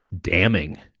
damning